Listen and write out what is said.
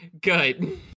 good